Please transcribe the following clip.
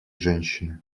женщины